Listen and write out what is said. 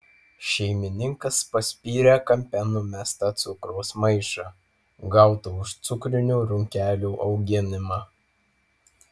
šeimininkas paspyrė kampe numestą cukraus maišą gautą už cukrinių runkelių auginimą